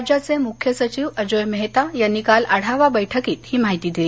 राज्याचे मुख्य सचिव अजोय मेहता यांनी काल आढावा बैठकीत ही माहिती दिली